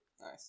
nice